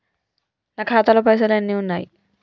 నా ఖాతాలో పైసలు ఎన్ని ఉన్నాయి?